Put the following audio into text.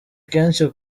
kenshi